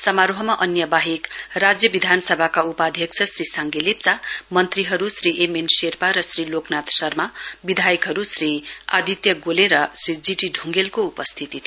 समारोहमा अन्य वाहेक राज्य विधानसभाका उपाध्यक्ष श्री साङगे लेप्चा मन्त्रीहरु श्री एम एन शेर्पा र श्री लोकनाथ शर्मा विधायकहरु श्री अदित्य गोले र श्री जी टी ढुङ्गेलको उपस्थिती थियो